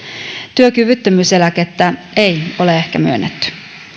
työkyvyttömyyseläkettä ei ole ehkä myönnetty